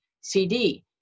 CD